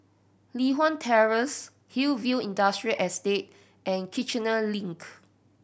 Li Hwan Terrace Hillview Industrial Estate and Kiichener Link